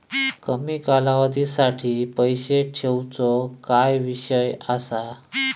कमी कालावधीसाठी पैसे ठेऊचो काय विषय असा?